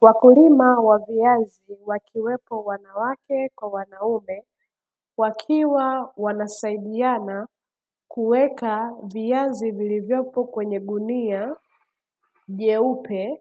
Wakulima wa viazi wakiwepo wanawake kwa wanaume, wakiwa wanasaidiana kuweka viazi vilivyopo kwenye gunia jeupe